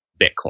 Bitcoin